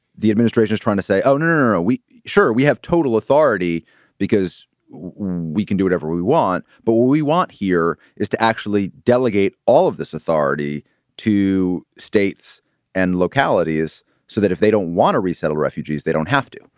the administration is trying to say, owner, are we sure we have total authority because we can do whatever we want. but what we want here is to actually delegate all of this authority to states and localities so that if they don't want to resettle refugees, they don't have to.